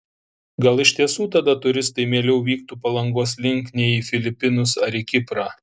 gal iš tiesų tada turistai mieliau vyktų palangos link nei į filipinus ar į kiprą